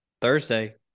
thursday